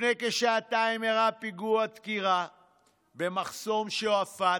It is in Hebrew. לפני כשעתיים אירע פיגוע דקירה במחסום שועפאט.